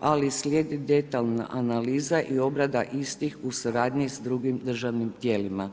ali slijedi detaljna analiza i obrada istih u suradnji s drugim državnim tijelima.